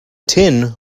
tin